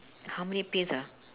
how many pins ah